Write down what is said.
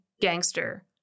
gangster